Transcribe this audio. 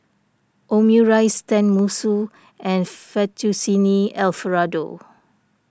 Omurice Tenmusu and Fettuccine Alfredo